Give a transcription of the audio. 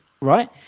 Right